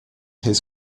his